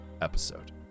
episode